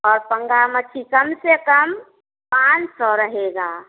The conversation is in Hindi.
और पंगा मछली से कम से कम पाँच सौ रहेगा